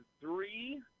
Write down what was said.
three